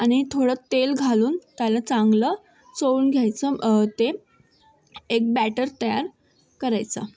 आणि थोडं तेल घालून त्याला चांगलं चोळून घ्यायचं तेल एक बॅटर तयार करायचा